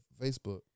Facebook